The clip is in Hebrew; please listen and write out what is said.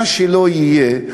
מה שלא יהיה,